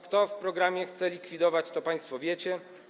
Kto w programie chce likwidować, to państwo wiecie.